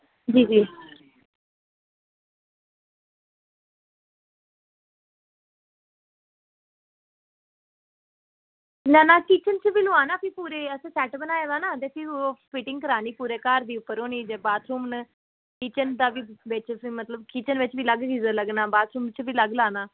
जी जी ना ना किचन च बी लुआना भी ते असें सैट बनाए दा ना ओह् ते फ्ही ओह् फिटिंग करानी पूरे घर दी होनी ते बाथरूम किचन दा बी बिच असें मतलब की किचन च बी अलग गीज़र लग्गना बाथरूम च बी अलग लाना